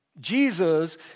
Jesus